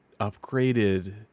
upgraded